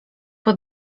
pod